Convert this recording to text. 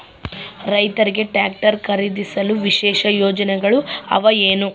ರೈತರಿಗೆ ಟ್ರಾಕ್ಟರ್ ಖರೇದಿಸಲು ವಿಶೇಷ ಯೋಜನೆಗಳು ಅವ ಏನು?